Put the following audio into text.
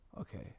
okay